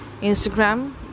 Instagram